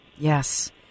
Yes